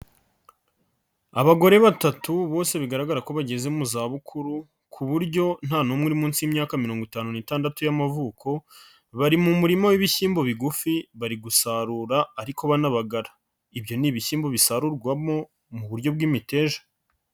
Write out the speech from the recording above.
Abagore batatu bose bigaragara ko bageze mu za bukuru ku buryo nta n'umwe uri munsi y'imyaka mirongo itanu n'itandatu y'amavuko, bari mu murima w'ibishyimbo bigufi bari gusarura ariko banabagara, ibyo ni ibishyimbo bisarurwamo mu buryo bw'imiteja.